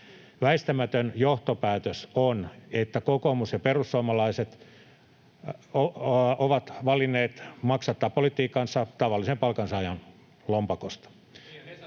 Väistämätön johtopäätös on, että kokoomus ja perussuomalaiset ovat valinneet maksattaa politiikkansa tavallisen palkansaajan lompakosta.